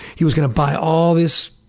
he was gonna buy all this